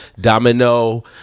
domino